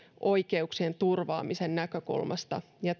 oikeuksien turvaamisen näkökulmasta ja